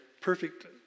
perfect